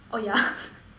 orh ya